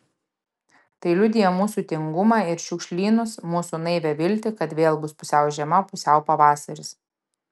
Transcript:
tai liudija mūsų tingumą ir šiukšlynus mūsų naivią viltį kad vėl bus pusiau žiema pusiau pavasaris